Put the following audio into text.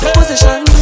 Position